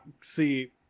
see